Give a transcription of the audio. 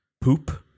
poop